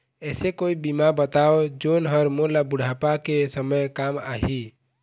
ऐसे कोई बीमा बताव जोन हर मोला बुढ़ापा के समय काम आही?